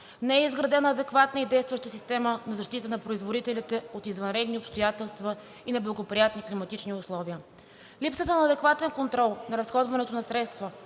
Не е изградена адекватна и действаща система на защита на производителите от извънредни обстоятелства и неблагоприятни климатични условия. Липсата на адекватен контрол на разходването на средства